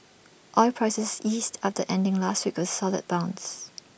oil prices eased after ending last week with A solid bounce